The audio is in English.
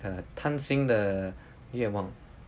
的贪心的愿望